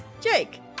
Jake